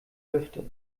lüfte